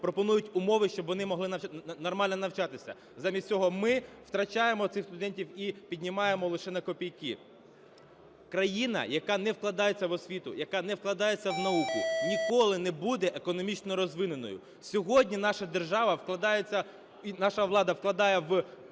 пропонують умови, щоб вони могли нормально навчатися. Замість цього ми втрачаємо цих студентів і піднімаємо лише на копійки. Країна, яка не вкладається в освіту, яка не вкладається в науку, ніколи не буде економічно розвиненою. Сьогодні наша держава вкладається і наша влада вкладає в суди,